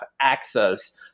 access